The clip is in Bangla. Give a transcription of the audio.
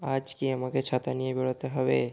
আজ কি আমাকে ছাতা নিয়ে বেরাতে হবে